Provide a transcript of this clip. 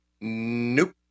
nope